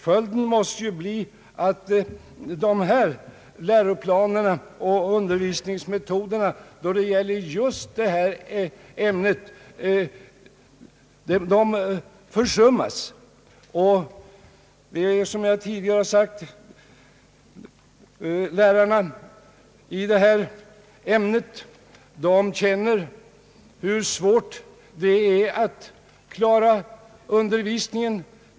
Följden måste ju bli att läroplanerna och undervisningsmetoderna då det gäller just detta ämne försummas. Som jag tidigare har sagt känner lärarna i detta ämne hur svårt det är att klara undervisningen.